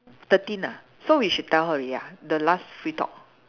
thirteen ah so we should tell her already ah the last free talk